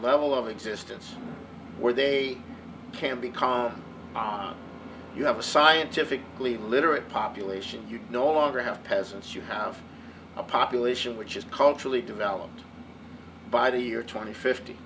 level of existence where they can become you have a scientifically literate population you no longer have peasants you have a population which is culturally developed by the year twenty fifty